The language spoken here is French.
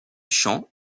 champs